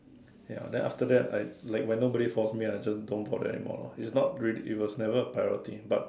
ya then after that I like when nobody force me I just don't bother anymore lor it's not really it was never a priority but